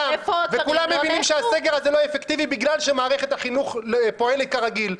וכולם מבינים שהסגר הזה לא אפקטיבי בגלל שמערכת החינוך פועלת כרגיל.